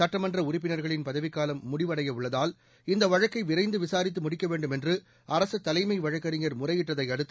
சட்டமன்ற உறுப்பினர்களின் பதவிக்காலம் முடிவடையவுள்ளதால் இந்த வழக்கை விரைந்து விசாரித்து முடிக்க வேண்டும் என்று அரசு தலைமை வழக்கறிஞர் முறையிட்டதை அடுத்து